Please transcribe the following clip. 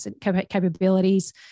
capabilities